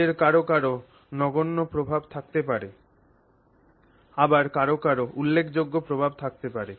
তাদের কারও কারও নগণ্য প্রভাব থাকতে পারে আবার কারও কারও উল্লেখযোগ্য প্রভাব থাকতে পারে